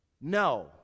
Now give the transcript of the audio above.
No